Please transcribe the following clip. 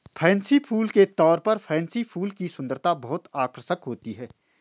fancy फूल के तौर पर पेनसी फूल की सुंदरता बहुत आकर्षक होती है